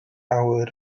awyr